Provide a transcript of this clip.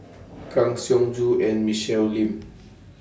Kang Siong Joo and Michelle Lim